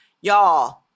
Y'all